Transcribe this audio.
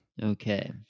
Okay